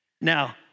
Now